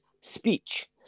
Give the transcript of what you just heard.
speech